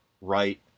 right